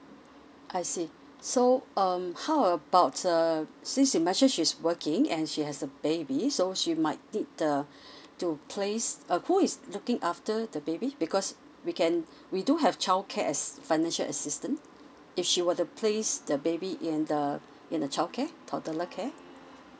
I see so um how about uh since you mentioned she's working and she has a baby so she might need the to place uh who is looking after the baby because we can we do have childcare as~ financial assistance if she were to place the baby in the in the childcare toddler care